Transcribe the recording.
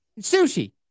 Sushi